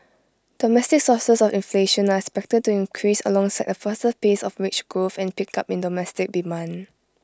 domestic sources of inflation are expected to increase alongside A faster pace of wage growth and pickup in domestic demand